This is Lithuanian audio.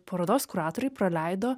parodos kuratoriai praleido